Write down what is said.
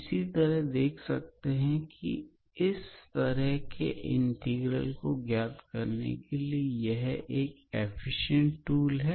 इस तरह आप ही देख सकते हैं की इस तरह के इंटीग्रल को ज्ञात करने के लिए यह एक एफिशिएंट टूल है